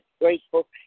grateful